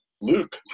Luke